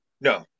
No